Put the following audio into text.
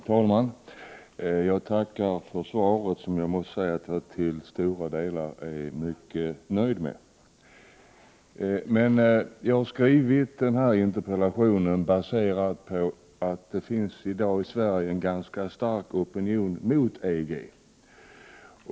Herr talman! Jag tackar för svaret, som jag till stora delar är mycket nöjd med. Jag framställde denna interpellation därför att det i dag finns en stark opinion mot EG.